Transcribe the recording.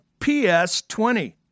PS20